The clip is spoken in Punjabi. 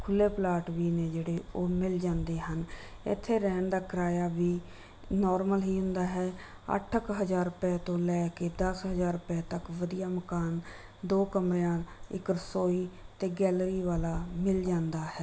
ਖੁੱਲ੍ਹੇ ਪਲਾਟ ਵੀ ਨੇ ਜਿਹੜੇ ਉਹ ਮਿਲ ਜਾਂਦੇ ਹਨ ਇੱਥੇ ਰਹਿਣ ਦਾ ਕਿਰਾਇਆ ਵੀ ਨੋਰਮਲ ਹੀ ਹੁੰਦਾ ਹੈ ਅੱਠ ਕੁ ਹਜ਼ਾਰ ਰੁਪਏ ਤੋਂ ਲੈ ਕੇ ਦਸ ਹਜ਼ਾਰ ਰੁਪਏ ਤੱਕ ਵਧੀਆ ਮਕਾਨ ਦੋ ਕਮਰਿਆਂ ਇੱਕ ਰਸੋਈ ਅਤੇ ਗੈਲਰੀ ਵਾਲਾ ਮਿਲ ਜਾਂਦਾ ਹੈ